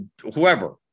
whoever